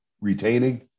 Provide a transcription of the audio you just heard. retaining